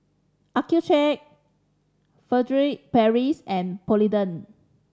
Accucheck Furtere Paris and Polident